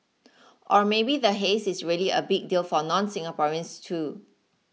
or maybe the haze is really a big deal for nonSingaporeans too